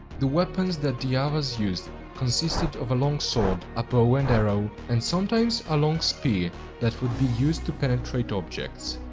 the weapons that the avars used consisted of a long sword, a bow and arrow, and sometime a long spear that would be used to penetrate objects.